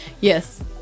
Yes